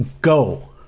Go